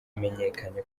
bamenyekanye